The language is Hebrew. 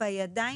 בידיים,